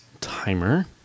timer